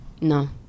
No